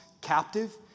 captive